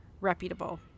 reputable